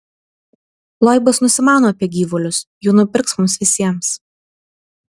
loibas nusimano apie gyvulius jų nupirks mums visiems